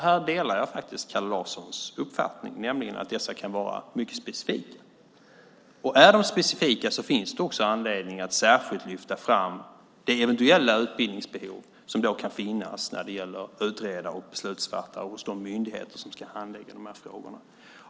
Här delar jag faktiskt Kalle Larssons uppfattning, nämligen att dessa kan vara mycket specifika. Och är de specifika finns det också anledning att särskilt lyfta fram det eventuella utbildningsbehov som kan finnas när det gäller utredare och beslutsfattare hos de myndigheter som ska handlägga de här frågorna.